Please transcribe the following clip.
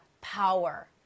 power